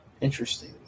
interesting